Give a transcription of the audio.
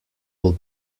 will